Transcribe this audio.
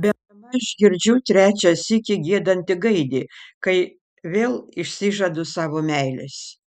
bemaž girdžiu trečią sykį giedantį gaidį kai vėl išsižadu savo meilės